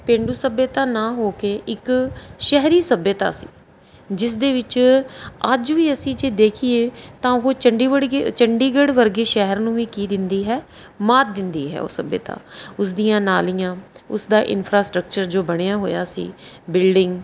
ਪੇਂਡੂ ਸੱਭਿਅਤਾ ਨਾ ਹੋ ਕੇ ਇੱਕ ਸ਼ਹਿਰੀ ਸੱਭਿਅਤਾ ਸੀ ਜਿਸ ਦੇ ਵਿੱਚ ਅੱਜ ਵੀ ਅਸੀਂ ਜੇ ਦੇਖੀਏ ਤਾਂ ਉਹ ਚੰਡੀ ਵੜਗੀ ਚੰਡੀਗੜ੍ਹ ਵਰਗੇ ਸ਼ਹਿਰ ਨੂੰ ਵੀ ਕੀ ਦਿੰਦੀ ਹੈ ਮਾਤ ਦਿੰਦੀ ਹੈ ਉਹ ਸੱਭਿਅਤਾ ਉਸਦੀਆਂ ਨਾਲੀਆਂ ਉਸ ਦਾ ਇਨਫਰਾਸਟਰਕਚਰ ਜੋ ਬਣਿਆ ਹੋਇਆ ਸੀ ਬਿਲਡਿੰਗ